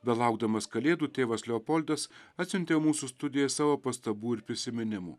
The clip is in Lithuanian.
belaukdamas kalėdų tėvas leopoldas atsiuntė mūsų studijai savo pastabų ir prisiminimų